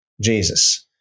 Jesus